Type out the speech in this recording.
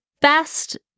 best